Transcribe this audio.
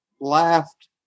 laughed